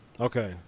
okay